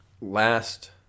last